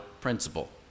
principle